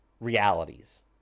realities